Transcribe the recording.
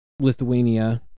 Lithuania